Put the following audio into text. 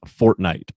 fortnite